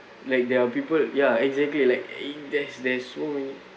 like there're people ya exactly like there's there's so many